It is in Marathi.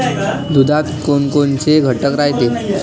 दुधात कोनकोनचे घटक रायते?